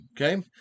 Okay